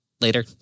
later